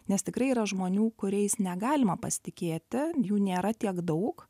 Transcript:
nes tikrai yra žmonių kuriais negalima pasitikėti jų nėra tiek daug